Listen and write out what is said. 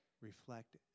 reflect